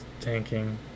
tanking